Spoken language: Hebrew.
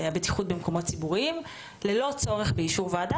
יש לשר לביטחון הפנים סמכות לקבוע זאת ללא צורך באישור של הוועדה.